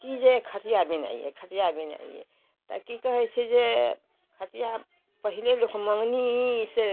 कि ये खटिया बिनाइए खटिया बिनाइए ताकि काहे से जे खटिया पहले लोग मंगनी से